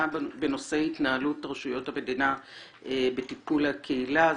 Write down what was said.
בנושא התנהלות רשויות המדינה בטיפול בקהילה.